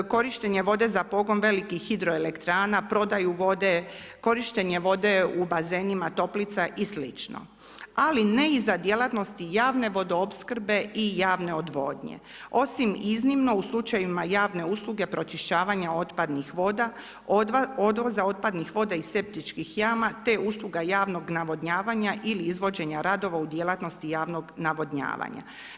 Korištenje vode za pogon velikih hidroelektrana, prodaju vode, korištenje vode u bazenima, toplica i slično ali ne i za djelatnosti javne vodo opskrbe i javne odvodnje, osim iznimno u slučajevima javne usluge pročišćavanja otpadnih voda, odvoza otpadnih voda iz septičkih jama, te usluga javnog navodnjavanja ili izvođenja radova u djelatnosti javnog navodnjavanja.